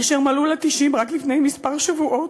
אשר מלאו לה 90 רק לפני כמה שבועות,